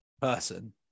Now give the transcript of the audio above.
person